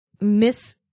miss